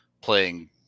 playing